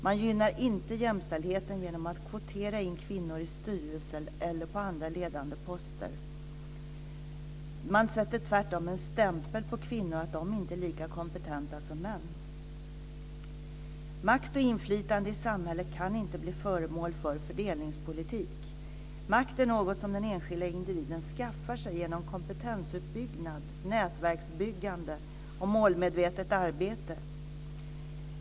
Man gynnar inte jämställdheten genom att kvotera in kvinnor i styrelser eller på andra ledande poster. Man sätter tvärtom en stämpel på kvinnor att de inte är lika kompetenta som män. Makt och inflytande i samhället kan inte bli föremål för fördelningspolitik. Makt är något som den enskilda individen skaffar sig genom kompetensuppbyggnad, nätverksbyggande och målmedvetet arbete.